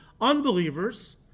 Unbelievers